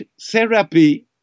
therapy